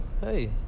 hey